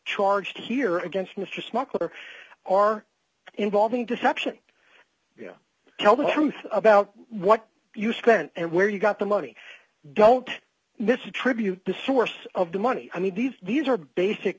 charged here against mr smuggler are involving deception you know tell the truth about what you spent and where you got the money don't miss attribute the source of the money i mean these are basic